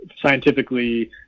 scientifically